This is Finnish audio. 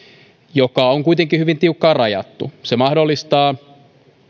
joka on kuitenkin hyvin tiukkaan rajattu se mahdollistaa